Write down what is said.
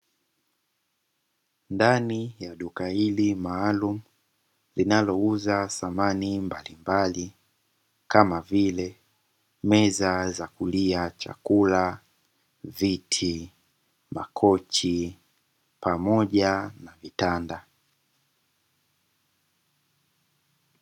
Ndani ya duka hili maalum, linalouza samani mbali mbali kama vile; meza za kulia chakula, viti, makochi pamoja na vitanda.